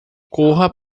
corra